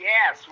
Yes